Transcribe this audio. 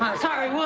ah sorry, what?